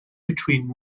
between